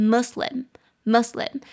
Muslim，Muslim，